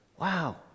Wow